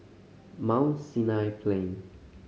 Mount Sinai Plain